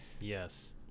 Yes